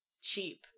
cheap